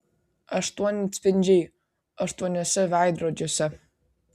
aštuoni atspindžiai aštuoniuose veidrodžiuose